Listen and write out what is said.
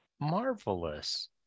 Marvelous